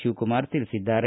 ಶಿವಕುಮಾರ್ ತಿಳಿಸಿದ್ದಾರೆ